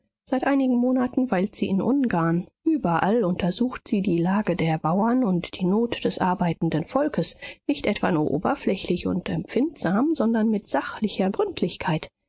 seit einigen monaten weilt sie in ungarn überall untersucht sie die lage der bauern und die not des arbeitenden volkes nicht etwa nur oberflächlich und empfindsam sondern mit sachlicher gründlichkeit